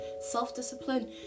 self-discipline